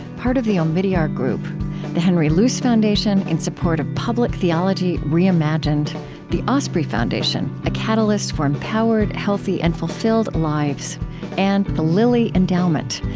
part of the omidyar group the henry luce foundation, in support of public theology reimagined the osprey foundation a catalyst for empowered, healthy, and fulfilled lives and the lilly endowment,